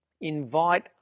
invite